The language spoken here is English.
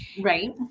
Right